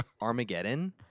Armageddon